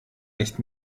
nicht